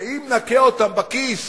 שאם נכה אותם בכיס,